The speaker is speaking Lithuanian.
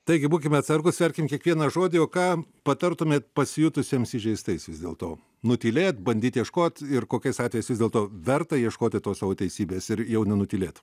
taigi būkime atsargūs sverkim kiekvieną žodį o ką patartumėt pasijutusiems įžeistaisiais dėl to nutylėt bandyt ieškot ir kokiais atvejais vis dėlto verta ieškoti tos savo teisybės ir jau nenutylėt